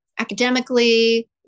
academically